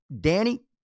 Danny